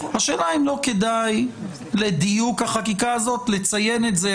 השאלה אם לא כדאי לדיוק החקיקה הזאת לציין את זה.